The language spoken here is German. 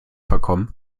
verkommen